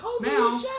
now